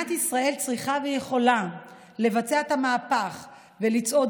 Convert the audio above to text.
מדינת ישראל צריכה ויכולה לבצע את המהפך ולצעוד